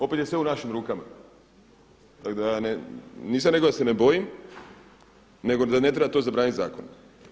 Opet je sve u našim rukama, tako da nisam rekao da se ne bojim, nego da ne treba to zabranit zakonom.